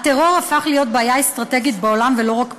הטרור הפך להיות בעיה אסטרטגית בעולם, ולא רק פה.